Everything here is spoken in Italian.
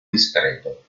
discreto